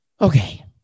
Okay